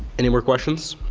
anymore questions?